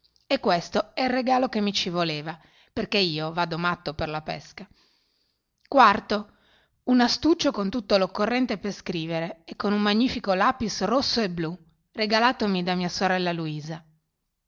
e questo è il regalo che mi ci voleva perché io vado matto per la pesca n astuccio con tutto l'occorrente per scrivere e con un magnifico lapis rosso e blù regalatomi da mia sorella luisa